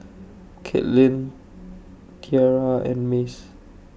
Kaitlin Tiara and Mace